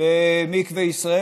למקווה ישראל.